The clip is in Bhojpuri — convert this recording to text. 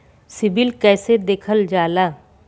सिविल कैसे देखल जाला?